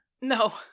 No